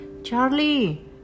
Charlie